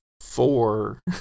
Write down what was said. four